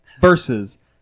versus